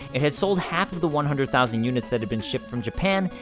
it had sold half of the one hundred thousand units that had been shipped from japan,